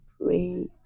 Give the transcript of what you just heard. pray